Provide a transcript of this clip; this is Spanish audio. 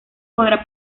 podrá